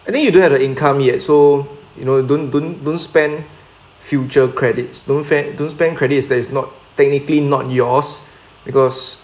I think you don't have the income yet so you know don't don't don't spend future credit don't spend don't spend credit that is not technically not yours because